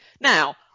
Now